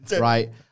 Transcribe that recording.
right